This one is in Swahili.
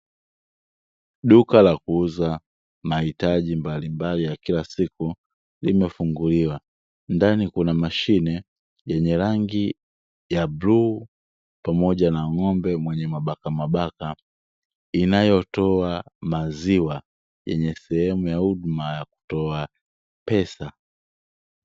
Duka la kuuza mahitaji mbalimbali ya kila siku ya limefunguliwa, ndani kuna mashine yenye rangi ya bluu pamoja na ng'ombe mwenye mabakamabaka, inayotoa maziwa yenye sehemu ya huduma ya kutoa pesa.